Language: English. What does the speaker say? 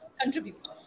contribute